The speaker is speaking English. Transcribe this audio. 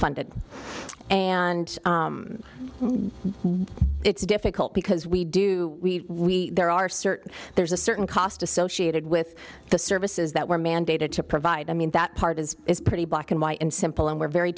funded and it's difficult because we do there are certain there's a certain cost associated with the services that were mandated to provide i mean that part is pretty black and white and simple and we're very